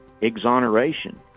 exoneration